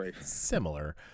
similar